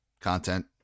content